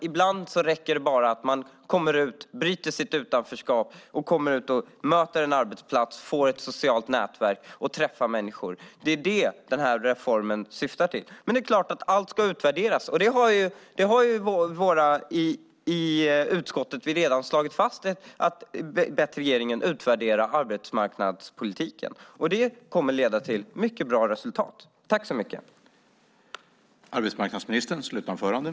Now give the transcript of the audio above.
Ibland räcker det bara att man kommer ut, bryter sitt utanförskap och möter en arbetsplats, får ett socialt nätverk och träffar människor. Det är det den här reformen syftar till. Allt ska så klart utvärderas, och det har vi i utskottet redan slagit fast och bett regeringen att utvärdera arbetsmarknadspolitiken. Det kommer att leda till mycket bra resultat.